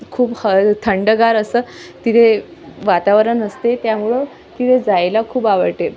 खूप हळ थंडगार असं तिथे वातावरण असते त्यामुळं तिथं जायला खूप आवडते